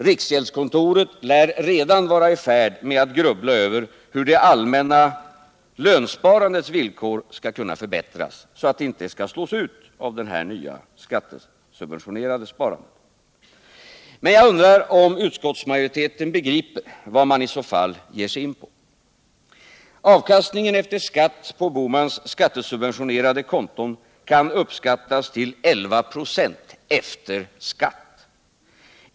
Riksgäldskontoret lär redan vara i färd med att grubbla över hur det allmänna lönsparandets villkor skall kunna förbättras så att det inte slås ut av det här nya skattesubventionerade sparandet. Men jag undrar om utskottsmajoriteten begriper vad man i så fall ger sig in på. Avkastningen efter skatt på herr Boh mans skattesubventionerade konton kan uppskattas till 11 26 efter skatt.